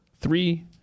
three